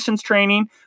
Training